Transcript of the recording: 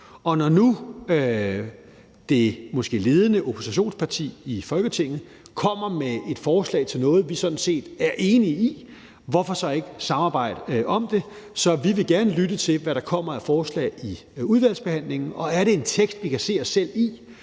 og når nu det måske ledende oppositionsparti i Folketinget kommer med et forslag til noget, vi sådan set er enige i, hvorfor så ikke samarbejde om det. Så vi vil gerne lytte til, hvad der kommer af forslag i udvalgsbehandlingen, og er det en tekst, vi kan se os selv i,